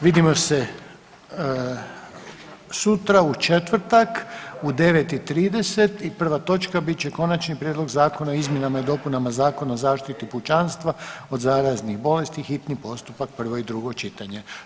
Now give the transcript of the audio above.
Vidimo se sutra u četvrtak u 9,30 i prva točka bit će Konačni prijedlog Zakona o izmjenama i dopunama Zakona o zaštiti pučanstva od zaraznih bolesti, hitni postupak, prvo i drugo čitanje.